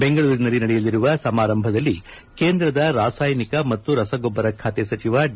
ಬೆಂಗಳೂರಿನಲ್ಲಿ ನಡೆಯಲಿರುವ ಸಮಾರಂಭದಲ್ಲಿ ಕೇಂದ್ರದ ರಾಸಾಯನಿಕ ಮತ್ತು ರಸಗೊಬ್ಬರ ಸಚಿವ ಡಿ